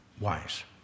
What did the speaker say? wise